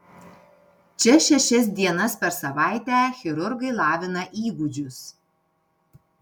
čia šešias dienas per savaitę chirurgai lavina įgūdžius